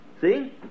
See